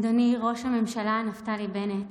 אדוני ראש הממשלה נפתלי בנט,